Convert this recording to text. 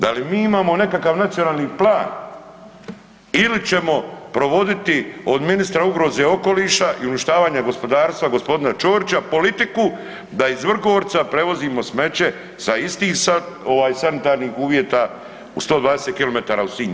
Da li mi imamo nekakav nacionalni plan ili ćemo provoditi od ministra ugroze okoliša i uništavanje gospodarstva g. Čorića, politiku da iz Vrgorca prevozimo smeće sa istih sanitarnih uvjeta 120 km u Sinj?